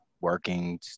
working